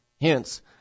hence